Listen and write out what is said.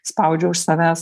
spaudžiau iš savęs